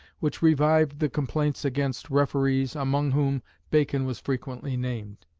which revived the complaints against referees, among whom bacon was frequently named,